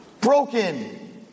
Broken